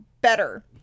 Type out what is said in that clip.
better